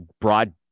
broad